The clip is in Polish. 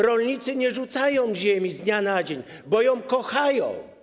Rolnicy nie rzucają ziemi z dnia na dzień, bo ją kochają.